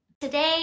Today